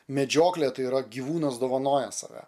medžioklė tai yra gyvūnas dovanoja save